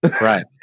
Right